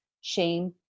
shame